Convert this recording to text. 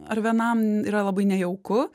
ar vienam yra labai nejauku